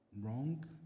wrong